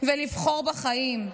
ולבחור בחיים,